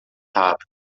rápido